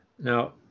Now